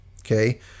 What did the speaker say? okay